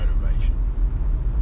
motivation